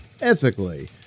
ethically